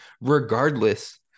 regardless